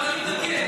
למה אתה מתנגד?